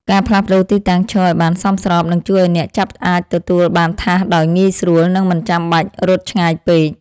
ការផ្លាស់ប្តូរទីតាំងឈរឱ្យបានសមស្របនឹងជួយឱ្យអ្នកចាប់អាចទទួលបានថាសដោយងាយស្រួល និងមិនចាំបាច់រត់ឆ្ងាយពេក។